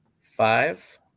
five